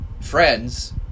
friends